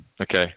Okay